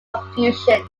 confusion